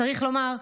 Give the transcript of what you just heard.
צריך לומר: